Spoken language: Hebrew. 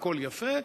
והכול יפה.